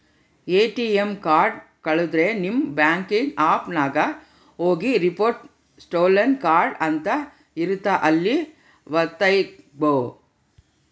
ATM card ಕಳುದ್ರೆ ನಿಮ್ banking app ನಾಗ ಹೋಗಿ ರಿಪೋರ್ಟ್ ಸ್ಟೋಲನ್ ಕಾರ್ಡ್ ಅಂತ ಇರುತ್ತ ಅಲ್ಲಿ ವತ್ತ್ಬೆಕು